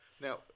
now